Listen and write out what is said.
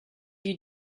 you